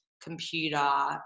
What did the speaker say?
computer